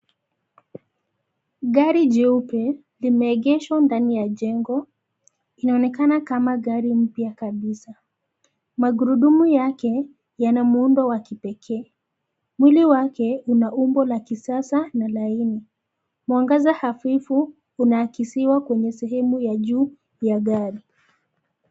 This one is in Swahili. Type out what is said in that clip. Gari jeupe limeegeshwa ndani ya jengo. Linaonekana kama gari mpya kabisa. Magurudumu yake yana muundo wa kipekee. Mwili wake una umbo la kisasa na laini. Mwangaza hafifu unaakishiwa kwenye sehemu ya juu ya gari.